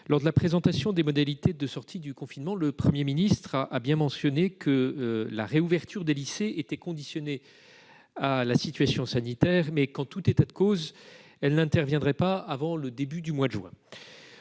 Lors de la présentation des modalités de sortie du confinement, le Premier ministre a bien mentionné que la réouverture des lycées était conditionnée à la situation sanitaire mais que, en tout état de cause, elle n'interviendrait pas avant le début du mois de juin,